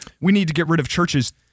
we-need-to-get-rid-of-churches